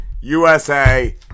USA